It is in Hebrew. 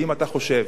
אם אתה חושב